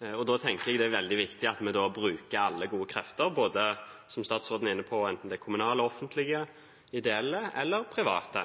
Da tenker jeg det er veldig viktig at vi bruker alle gode krefter, som statsråden er inne på, enten det er kommunale offentlige, ideelle eller private